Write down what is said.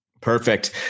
Perfect